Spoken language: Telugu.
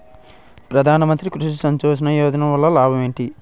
ప్రధాన మంత్రి కృషి సించాయి యోజన వల్ల లాభం ఏంటి?